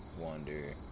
Wonder